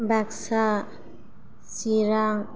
Baksa Chirang